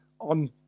on